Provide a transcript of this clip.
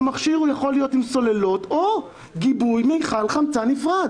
המכשיר יכול להיות עם סוללות או גיבוי מיכל חמצן נפרד.